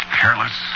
careless